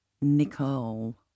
Nicole